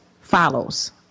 follows